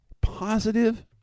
positive